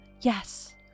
Yes